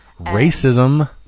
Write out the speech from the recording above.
Racism